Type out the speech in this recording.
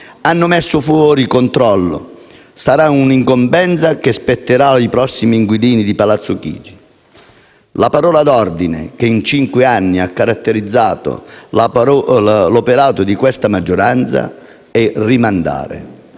ha messo fuori controllo sarà un'incombenza che spetterà ai prossimi inquilini di Palazzo Chigi. La parola d'ordine che in cinque anni ha caratterizzato l'operato di questa maggioranza è rimandare;